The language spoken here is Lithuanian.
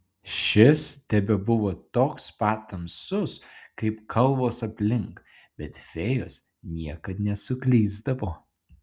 šis tebebuvo toks pat tamsus kaip kalvos aplink bet fėjos niekad nesuklysdavo